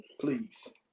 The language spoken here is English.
please